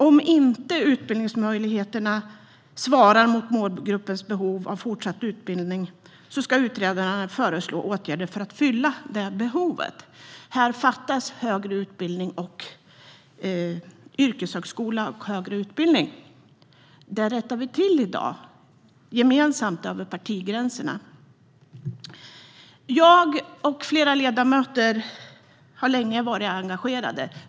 Om utbildningsmöjligheterna inte svarar mot målgruppens behov av fortsatt utbildning ska utredaren föreslå åtgärder för att fylla behovet. Här fattas yrkeshögskola och högre utbildning. Detta rättar vi till i dag, gemensamt över partigränserna. Jag och flera ledamöter har länge varit engagerade.